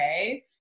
okay